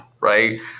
right